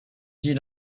dit